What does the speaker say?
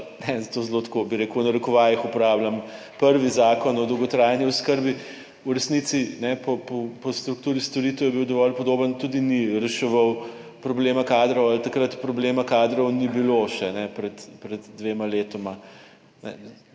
to zelo, tako bi rekel, v narekovajih uporabljam, prvi Zakon o dolgotrajni oskrbi v resnici, ne, po strukturi storitev je bil dovolj podoben, tudi ni reševal problema kadrov. Ali takrat problema kadrov ni bilo še pred, pred dvema letoma?